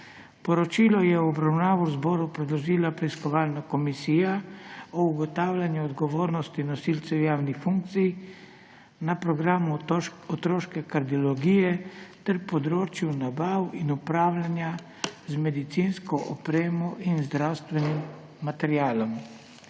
Poročilo je v obravnavo zboru predložila Preiskovalna komisija o ugotavljanju odgovornosti nosilcev javnih funkcij na programu otroške kardiologij ter področju nabav in upravljanja z medicinsko opremo in zdravstvenim materialom.